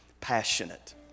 passionate